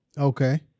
Okay